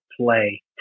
play